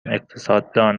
اقتصاددان